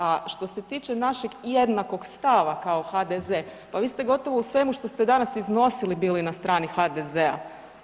A što se tiče našeg jednakog stava kao HDZ, pa vi ste gotovo u svemu što ste danas iznosili bili na strani HDZ-a.